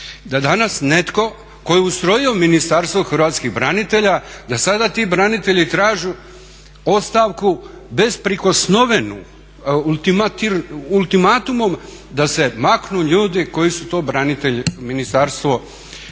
da danas netko tko je ustrojio Ministarstvo hrvatskih branitelja da sada ti branitelji traže ostavku bezprikosnovenu, ultimatumom da se maknu ljudi koji su to ministarstvo ustrojili.